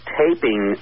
taping